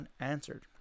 unanswered